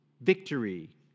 victory